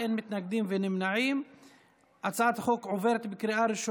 ההצעה להעביר את הצעת חוק ביטוח בריאות ממלכתי (תיקון מס' 66)